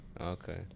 Okay